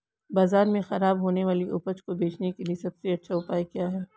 बाजार में खराब होने वाली उपज को बेचने के लिए सबसे अच्छा उपाय क्या हैं?